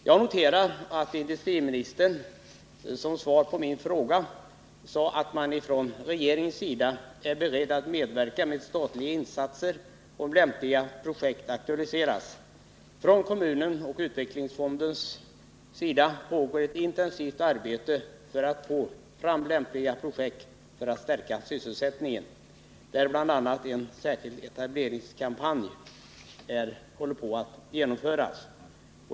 Jag noterar att industriministern som svar på min fråga sade att regeringen är beredd att medverka med statliga insatser, om lämpliga projekt aktualiseras. Från kommunens och utvecklingsfondens sida pågår ett intensivt arbete för att få fram lämpliga projekt för att stärka sysselsättningen. Bl. a. håller en särskild etableringskampanj på att genomföras.